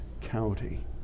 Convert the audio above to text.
county